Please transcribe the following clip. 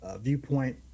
viewpoint